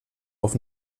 auf